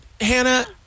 Hannah